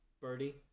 Birdie